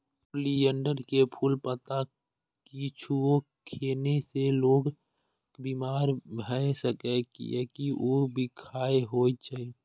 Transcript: oleander के फूल, पत्ता किछुओ खेने से लोक बीमार भए सकैए, कियैकि ऊ बिखाह होइ छै